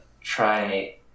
try